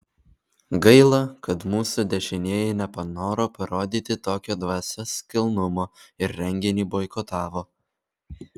gaila kad mūsų dešinieji nepanoro parodyti tokio dvasios kilnumo ir renginį boikotavo